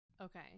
Okay